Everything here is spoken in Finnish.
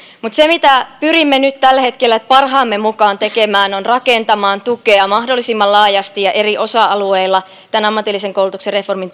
mutta se mitä pyrimme nyt tällä hetkellä parhaamme mukaan tekemään on rakentaa tukea mahdollisimman laajasti ja eri osa alueilla tämän ammatillisen koulutuksen reformin